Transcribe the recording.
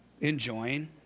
enjoying